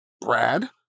Brad